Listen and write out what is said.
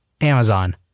Amazon